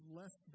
less